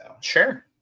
Sure